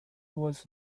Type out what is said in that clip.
was